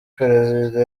perezida